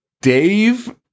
Dave